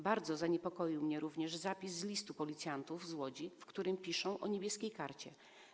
Bardzo zaniepokoił mnie również zapis z listu policjantów z Łodzi, w którym piszą o „Niebieskiej karcie”